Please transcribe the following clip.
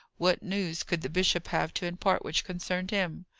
what news could the bishop have to impart which concerned him?